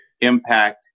Impact